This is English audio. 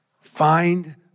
Find